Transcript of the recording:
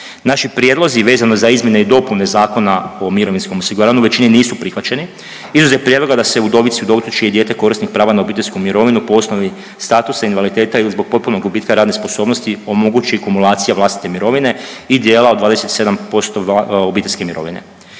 Naši prijedlozi vezano za izmjene i dopune Zakona o mirovinskom osiguranju u većini nisu prihvaćeni, izuzev prijedloga da se udovici, udovcu čije je dijete korisnik prava na obiteljsku mirovinu po osnovi statusa invaliditeta ili zbog potpunog gubitka radne sposobnosti omogući i kumulacija vlastite mirovine i dijela od 27% obiteljske mirovine.